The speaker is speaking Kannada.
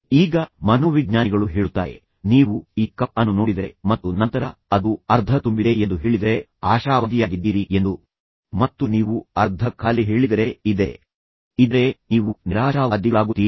ಈಗ ಮನೋವಿಜ್ಞಾನಿಗಳು ಹೇಳುತ್ತಾರೆ ನೀವು ಈ ಕಪ್ ಅನ್ನು ನೋಡಿದರೆ ಮತ್ತು ನಂತರ ಅದು ಅರ್ಧ ತುಂಬಿದೆ ಎಂದು ನೀವು ನೀವು ಹೇಳಿದರೆ ಆಶಾವಾದಿಯಾಗಿದ್ದೀರಿ ಎಂದು ಮತ್ತು ನೀವು ಅರ್ಧ ಖಾಲಿ ಇದೆ ಎಂದು ಹೇಳಿದರೆ ನೀವು ನಿರಾಶಾವಾದಿಗಳಾಗುತ್ತೀರಿ